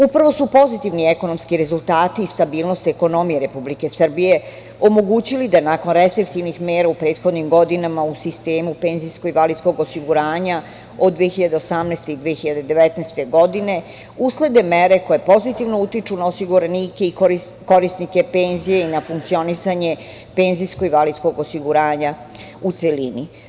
Upravo su pozitivni ekonomski rezultati i stabilnost ekonomije Republike Srbije omogućili da, nakon restriktivnih mera u prethodnim godinama u sistemu penzijskog i invalidskog osiguranja od 2018. i 2019. godine, uslede mere koje pozitivno utiču na osiguranike i korisnike penzija i na funkcionisanje penzijskog i invalidskog osiguranja, u celini.